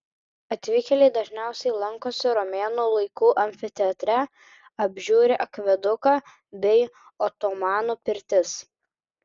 atvykėliai dažniausiai lankosi romėnų laikų amfiteatre apžiūri akveduką bei otomanų pirtis